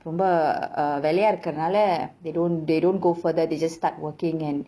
ரொம்ப:romba uh வெள்ளயா இருக்குறதனால:vellaya irukkurathanaala they don't they don't go further they just start working and